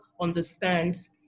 understands